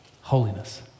holiness